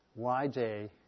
YJ